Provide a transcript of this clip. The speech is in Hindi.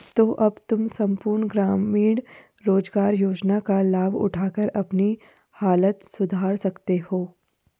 तो अब तुम सम्पूर्ण ग्रामीण रोज़गार योजना का लाभ उठाकर अपनी हालत सुधार सकते हो